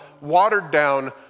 watered-down